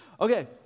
Okay